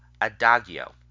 adagio